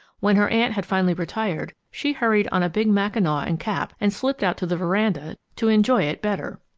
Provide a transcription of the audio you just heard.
when her aunt had finally retired, she hurried on a big mackinaw and cap and slipped out to the veranda to enjoy it better.